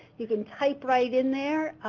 you can type right in there.